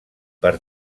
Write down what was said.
per